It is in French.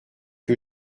que